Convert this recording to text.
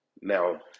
now